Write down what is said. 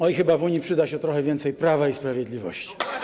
Oj, chyba w Unii przyda się trochę więcej prawa i sprawiedliwości.